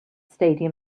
stadium